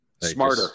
Smarter